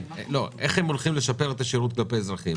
איך הם הולכים לשפר את השירות כלפי האזרחים